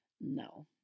No